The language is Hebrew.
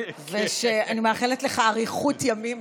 ואני מאחלת לך אריכות ימים.